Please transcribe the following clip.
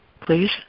please